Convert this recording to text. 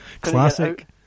classic